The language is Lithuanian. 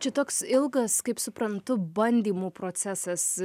čia toks ilgas kaip suprantu bandymų procesas